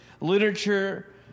literature